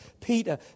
Peter